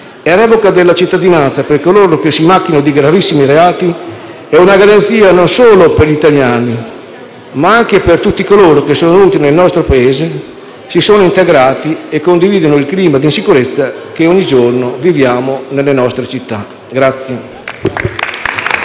e revoca della cittadinanza per coloro che si macchiano di gravissimi reati è una garanzia non solo per gli italiani, ma anche per tutti coloro che sono venuti nel nostro Paese, si sono integrati e condividono il clima di insicurezza che ogni giorno viviamo nelle nostre città.